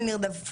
מה אני שותה.